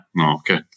Okay